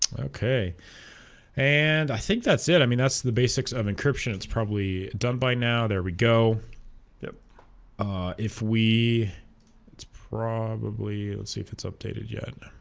okay and i think that's it i mean that's the basics of encryption it's probably done by now there we go yep ah if we probably let's see if it's updated yet